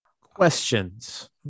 Questions